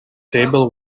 table